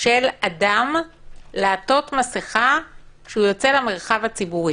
של אדם לעטות מסיכה כשיוצא למרחב הציבורי.